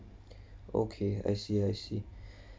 okay I see I see